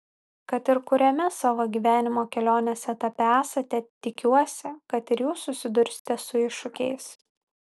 kad ir kuriame savo gyvenimo kelionės etape esate tikiuosi kad ir jūs susidursite su iššūkiais